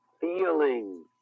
feeling